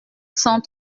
cent